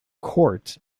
court